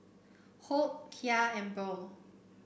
Hope Kya and Burl